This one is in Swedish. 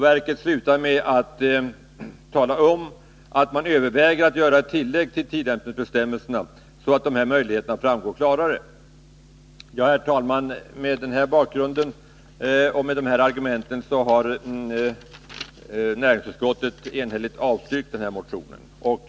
Verket slutar med att tala om att man överväger att göra ett tillägg till tillämpningskungörelsen så att den möjligheten klarare framgår. Mot denna bakgrund och med dessa argument har utskottet enhälligt avstyrkt motionen.